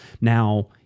now